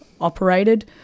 operated